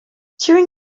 during